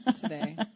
today